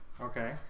Okay